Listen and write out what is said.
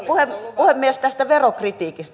mutta puhemies tästä verokritiikistä